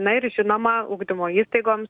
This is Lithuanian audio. na ir žinoma ugdymo įstaigoms